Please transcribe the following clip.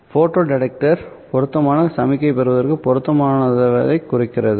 photo detector பொருத்தமான சமிக்ஞையைப் பெறுவதற்கு பொருத்தமானதைக் குறைக்கிறது